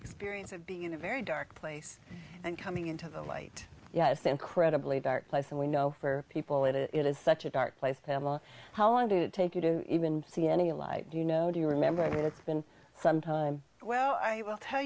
experience of being in a very dark place and coming into the light yet it's incredibly dark place and we know for people that it is such a dark place pamela how long did it take you to even see any alive you know do you remember that it's been some time well i will tell